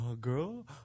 girl